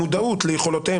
המודעות ליכולותיהם,